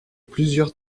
plusieurs